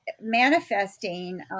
manifesting